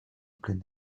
plein